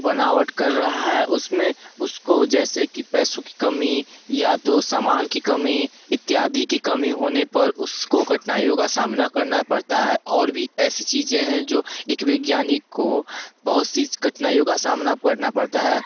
बनावट कर रहा है उसमें उसको जैसे कि पैसों की कमी या तो सामान की कमी इत्यादि की कमी होने पर उसको कठिनाइयों का सामना करना पड़ता है और भी ऐसी चीजें हैं जो एक वैज्ञानिक को बहुत सी कठिनाइयों का सामना करना पड़ता है